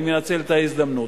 אני מנצל את ההזדמנות.